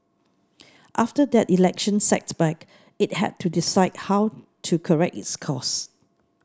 after that election setback it had to decide how to correct its course